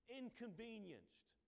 inconvenienced